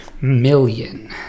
million